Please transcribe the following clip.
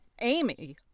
Amy